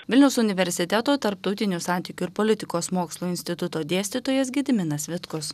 vilniaus universiteto tarptautinių santykių ir politikos mokslų instituto dėstytojas gediminas vitkus